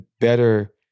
better